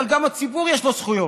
אבל גם הציבור יש לו זכויות,